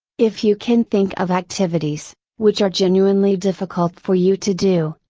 if you can think of activities, which are genuinely difficult for you to do,